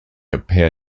appear